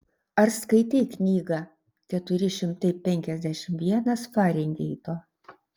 ar skaitei knygą keturi šimtai penkiasdešimt vienas farenheito